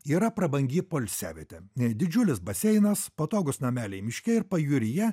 yra prabangi poilsiavietė didžiulis baseinas patogūs nameliai miške ir pajūryje